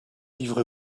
livrer